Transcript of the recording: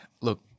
Look